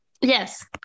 Yes